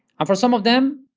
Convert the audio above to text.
and for some of them,